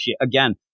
Again